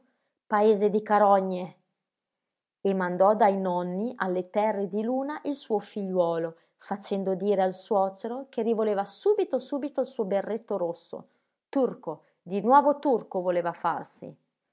paese di carogne e mandò dai nonni alle terre di luna il suo figliuolo facendo dire al suocero che rivoleva subito subito il suo berretto rosso turco di nuovo turco voleva farsi